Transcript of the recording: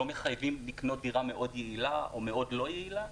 לא מחייבים לקנות דירה מאוד יעילה או מאוד לא-יעילה.